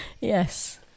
Yes